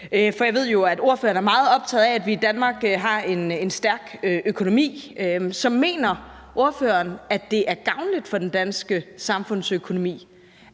for jeg ved jo, at ordføreren er meget optaget af, at vi i Danmark har en stærk økonomi. Så mener ordføreren, at det er gavnligt for den danske samfundsøkonomi,